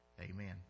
Amen